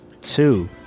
Two